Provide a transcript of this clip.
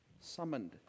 summoned